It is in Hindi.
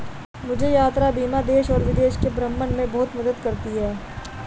मुझे यात्रा बीमा देश और विदेश के भ्रमण में बहुत मदद करती है